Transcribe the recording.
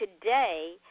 Today